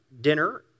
dinner